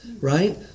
right